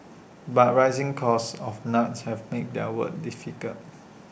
but rising costs of nuts have made their work difficult